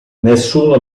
nessuno